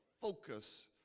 focus